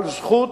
על זכות,